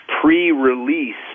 pre-release